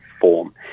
form